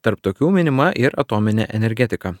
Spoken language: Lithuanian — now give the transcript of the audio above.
tarp tokių minima ir atominė energetika